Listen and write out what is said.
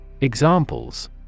Examples